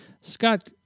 Scott